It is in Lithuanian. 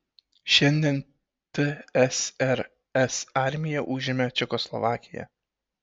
šiandien tsrs armija užėmė čekoslovakiją